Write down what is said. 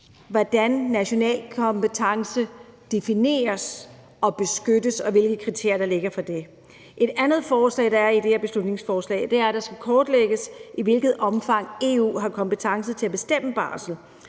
hvordan national kompetence defineres og beskyttes, og hvilke kriterier der ligger for det. Et andet forslag, der er i det her beslutningsforslag, er, at det skal kortlægges, i hvilket omfang EU har kompetence til at bestemme barsel.